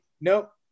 nope